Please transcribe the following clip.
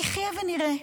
נחיה ונראה.